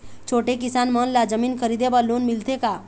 छोटे किसान मन ला जमीन खरीदे बर लोन मिलथे का?